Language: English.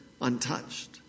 untouched